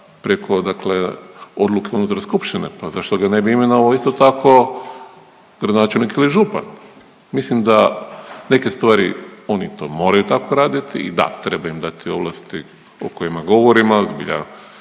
dakle odluke unutar skupštine pa zašto ga ne bi imenovali isto tako gradonačelnik ili župan. Mislim da neke stvari oni to moraju tako raditi i da treba im dati ovlasti o kojima govorimo jer zbilja